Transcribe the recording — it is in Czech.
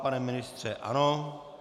Pane ministře, ano.